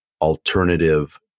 alternative